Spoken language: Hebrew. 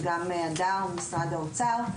וגם הדר ממשרד האוצר.